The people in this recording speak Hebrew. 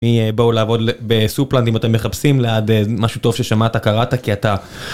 בואו לעבוד בסופלנד אם אתם מחפשים לעד משהו טוב ששמעת קראת כי אתה.